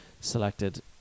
selected